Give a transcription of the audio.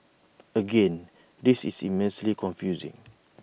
again this is immensely confusing